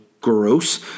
gross